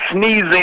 sneezing